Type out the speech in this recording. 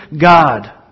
God